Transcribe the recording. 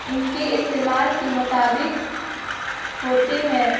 ان کے استعمال کے مطابق ہوتے ہیں